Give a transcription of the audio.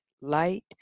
light